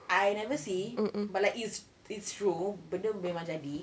I never see but like it's it's true benda memang jadi